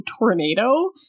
tornado